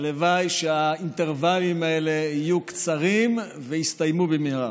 הלוואי שהאינטרוולים האלה יהיו קצרים ויסתיימו במהרה.